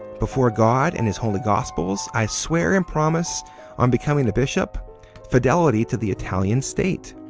before god and his holy gospels i swear and promise on becoming a bishop fidelity to the italian state.